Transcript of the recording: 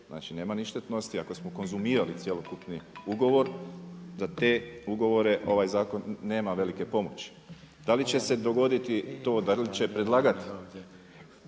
znači nema ništetnosti, ako smo konzumirali cjelokupni ugovor, za te ugovore ovaj zakon nema velike pomoći. Dali će se dogoditi to, da li će predlagati,